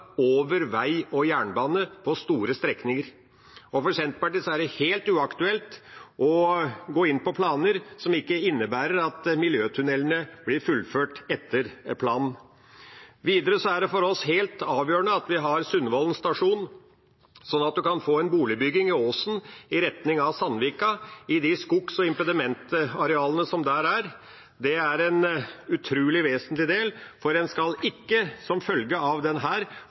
over vei og jernbane på store strekninger. For Senterpartiet er det helt uaktuelt å gå inn på planer som ikke innebærer at miljøtunnelene blir fullført etter planen. Videre er det for oss helt avgjørende at vi har Sundvollen stasjon, slik at en kan få en boligbygging i åsen i retning av Sandvika i de skogs- og impedimentarealene som er der. Det er en utrolig vesentlig del, for en skal ikke som følge av